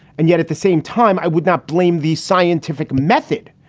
and yet, at the same time, i would not blame the scientific method,